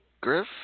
Griff